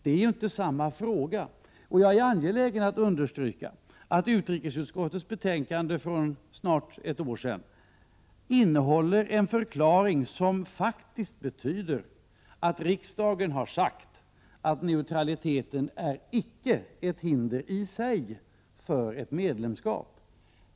Det är ju inte samma fråga, och jag är angelägen understryka att utrikesutskottets betänkande från snart ett år sedan innehåller en förklaring som faktiskt betyder att riksdagen har sagt att neutraliteten i sig icke är ett hinder för ett medlemskap.